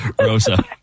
Rosa